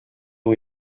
ont